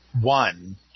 One